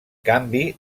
canvi